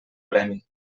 premi